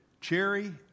Cherry